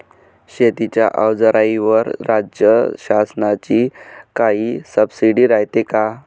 शेतीच्या अवजाराईवर राज्य शासनाची काई सबसीडी रायते का?